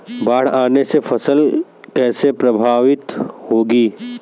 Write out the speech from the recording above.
बाढ़ आने से फसल कैसे प्रभावित होगी?